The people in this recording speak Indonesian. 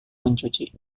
mencuci